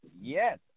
yes